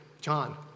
John